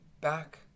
back